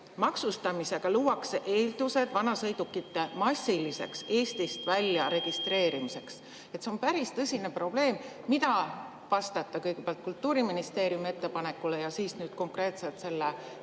Maksustamisega luuakse eeldused vanasõidukite massiliseks Eestist välja registreerimiseks." See on päris tõsine probleem. Mida vastata kõigepealt Kultuuriministeeriumi ettepanekule ja siis konkreetselt selle